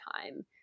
time